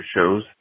shows